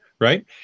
Right